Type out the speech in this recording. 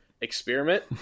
experiment